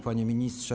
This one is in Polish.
Panie Ministrze!